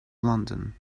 london